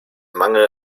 mangel